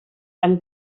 eine